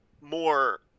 more